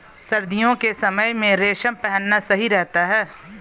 सर्दियों के समय में रेशम पहनना सही रहता है